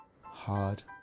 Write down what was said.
hard